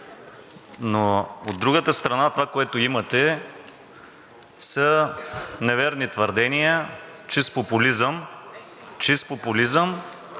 Но от другата страна това, което имате, са неверни твърдения, чист популизъм и демагогия.